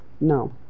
No